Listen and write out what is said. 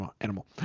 animal